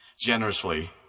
generously